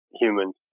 humans